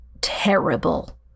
terrible